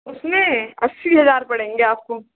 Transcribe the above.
उसमें अस्सी हज़ार पड़ेंगे आपको